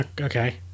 Okay